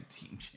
team